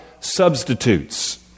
substitutes